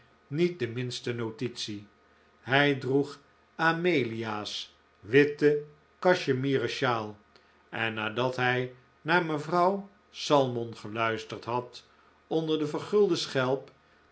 niet de minste notitie hij droeg amelia's witte cachemieren sjaal en nadat hij naar mevrouw salmon geluisterd had onder de vergulde